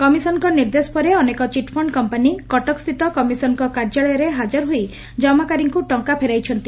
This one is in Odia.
କମିଶନ୍ଙ୍କ ନିର୍ଦ୍ଦେଶ ପରେ ଅନେକ ଚିଟ୍ଫଣ୍ଡ କମ୍ପାନୀ କଟକସ୍ଥିତ କମିଶନ୍ଙ୍କ କାର୍ଯ୍ୟାଳୟରେ ହାଜର ହୋଇ ଜମାକାରୀଙ୍କୁ ଟଙ୍କା ଫେରାଇଛନ୍ତି